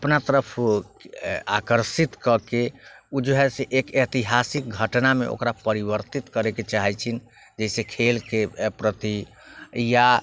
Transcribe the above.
अपना तरफ आकर्षित करके उ जो हय से एक ऐतिहासिक घटनामे ओकरा परिवर्तित करैके चाहै छीन जैसे खेलके प्रति या